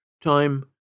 Time